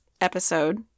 episode